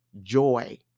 joy